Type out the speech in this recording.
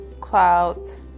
clouds